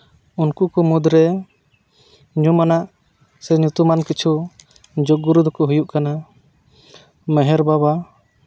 ᱩᱱᱠᱩ ᱠᱚ ᱢᱩᱫᱽᱨᱮ ᱧᱩᱢᱟᱱᱟᱜ ᱥᱮ ᱧᱩᱛᱩᱢᱟᱱ ᱠᱤᱪᱷᱩ ᱡᱳᱜᱽ ᱜᱩᱨᱩ ᱫᱚᱠᱚ ᱦᱩᱭᱩᱜ ᱠᱟᱱᱟ ᱢᱮᱦᱮᱨ ᱵᱟᱵᱟ